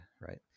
right